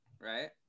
right